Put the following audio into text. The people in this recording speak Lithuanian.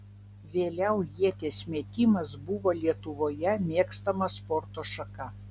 vėliau ieties metimas buvo lietuvoje mėgstama sporto šaka